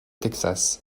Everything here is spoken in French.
texas